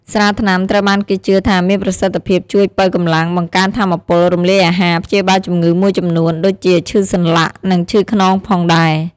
ស្រាថ្នាំត្រូវបានគេជឿថាមានប្រសិទ្ធភាពជួយ ប៉ូវកម្លាំង បង្កើនថាមពល រំលាយអាហារ ព្យាបាលជំងឺមួយចំនួន ដូចជាឈឺសន្លាក់ និងឈឺខ្នងផងដែរ។